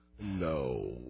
No